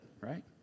right